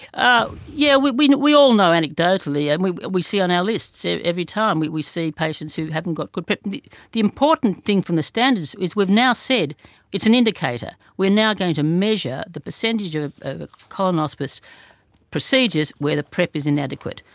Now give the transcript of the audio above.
um yeah we we all know anecdotally and we we see on our lists every time, we we see patients who haven't got good prep. the the important thing from the standards is we've now said it's an indicator, we are now going to measure the percentage of ah colonoscopy procedures where the prep is inadequate.